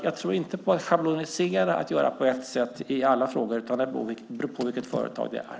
Jag tror inte på att schablonisera, att göra på ett sätt i alla frågor, utan det beror på vilket företag det är.